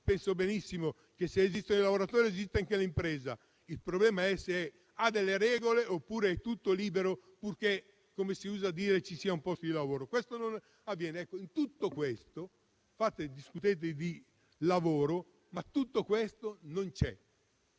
so benissimo che se esistono i lavoratori esiste anche un'impresa. Il problema è se l'impresa ha delle regole, oppure è tutto libero, purché - come si usa dire - ci sia un posto di lavoro. Questo non avviene. Discutete di lavoro, ma tutto questo non c'è.